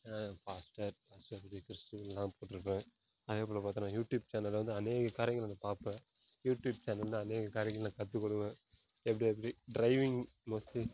கிறிஸ்டின்னுலாம் போட்டிருப்பேன் அதேபோல் பார்த்தனா யூடியூப் சேனல் வந்து அநேக காரியங்களை நான் பார்ப்பேன் யூடியூப் சேனலில் அநேக காரியங்களை கற்றுக்கொள்ளுவேன் எப்படி அப்படி ட்ரைவிங் மோஸ்ட்லி